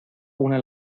una